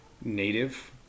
native